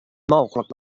mooglik